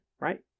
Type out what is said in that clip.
right